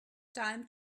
time